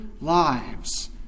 lives